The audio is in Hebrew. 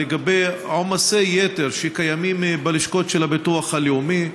היא לגבי עומסי יתר בלשכות של הביטוח הלאומי.